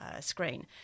screen